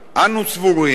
אנו סבורים,